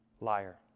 Liar